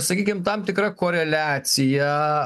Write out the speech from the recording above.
sakykim tam tikra koreliacija